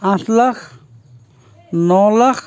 আঠ লাখ ন লাখ